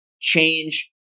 change